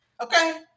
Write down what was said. Okay